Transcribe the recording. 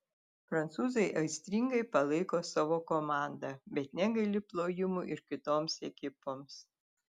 prancūzai aistringai palaiko savo komandą bet negaili plojimų ir kitoms ekipoms